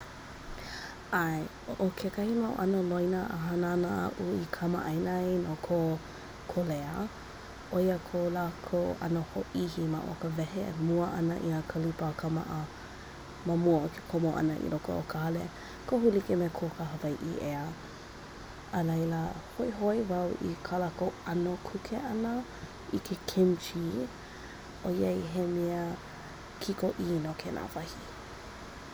ʻAe, o kekahi mau ʻano loina a hānana aʻu i kamaʻaina e ko Kolea. Oia kō lākou ʻano hōʻihi mau o ka wehe ʻana mua i nā kalipa a kamaʻa mamua o komo ana iloko o ka hale. Kohu like me ko ka Hawaiʻi kā lākou eā a laila hoihoi wau i kā lākou ano kuke ana i ke kim chee oiai he mea kiko iluna o kēlā wahi